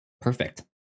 perfect